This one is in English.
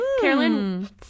Carolyn